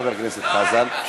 חבר הכנסת חזן.